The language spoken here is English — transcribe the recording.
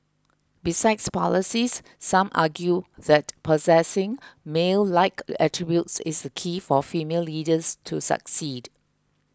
besides policies some argue that possessing male like attributes is key for female leaders to succeed